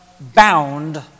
bound